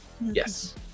Yes